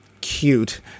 cute